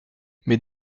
mais